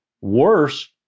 worse